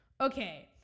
Okay